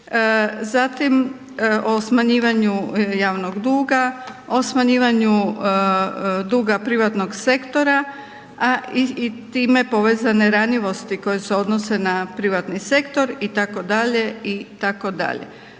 zatim o smanjivanju javnog duga, o smanjivanju duga privatnog sektora, a i time povezane ranjivosti koje se odnose na privatni sektor, itd., itd.